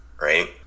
Right